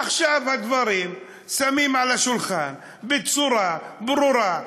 עכשיו שמים את הדברים על השולחן בצורה ברורה,